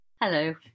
Hello